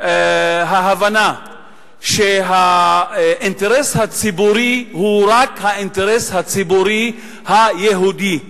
על ההבנה שהאינטרס הציבורי בישראל הוא רק האינטרס הציבורי היהודי,